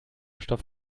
stoff